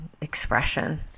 expression